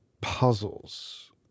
puzzles